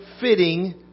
fitting